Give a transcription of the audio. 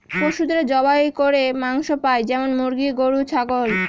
পশুদের জবাই করে মাংস পাই যেমন মুরগি, গরু, ছাগল